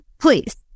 please